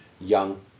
Young